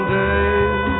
days